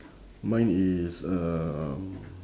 mine is um